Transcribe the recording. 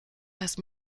heißt